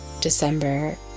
December